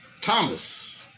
Thomas